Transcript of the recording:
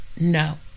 no